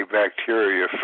bacteria